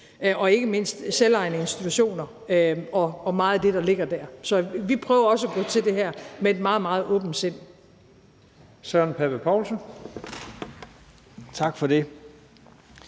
og ikke mindst selvejende institutioner og meget af det, der ligger der. Så vi prøver også at gå til det her med et meget, meget åbent sind. Kl. 23:51 Første næstformand